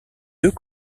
deux